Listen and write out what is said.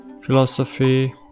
philosophy